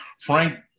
Frank